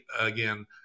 again